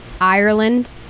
Ireland